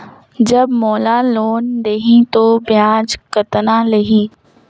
जब मोला लोन देही तो ब्याज कतना लेही?